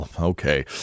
okay